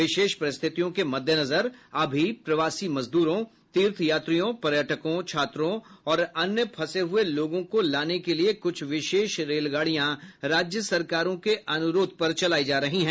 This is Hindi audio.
विशेष परिस्थितियों के मद्देनजर अभी प्रवासी मजदूरों तीर्थयात्रियों पर्यटकों छात्रों और अन्य फंसे हुए लोगों को लाने के लिए कुछ विशेष रेलगाडियां राज्य सरकारों के अनुरोध पर चलाई जा रही हैं